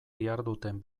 diharduten